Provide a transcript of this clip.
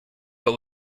but